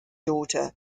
daughter